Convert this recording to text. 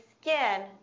skin